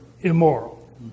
immoral